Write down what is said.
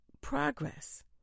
progress